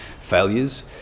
failures